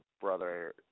brother